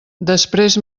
després